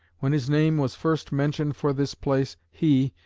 when his name was first mentioned for this place, he,